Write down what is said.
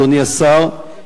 אדוני השר,